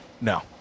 No